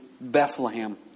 Bethlehem